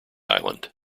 island